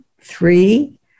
Three